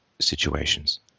situations